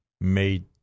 made